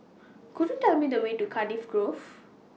Could YOU Tell Me The Way to Cardiff Grove